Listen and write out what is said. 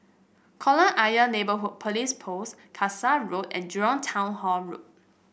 Kolam Ayer Neighbourhood Police Post Kasai Road and Jurong Town Hall Road